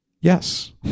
yes